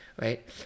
right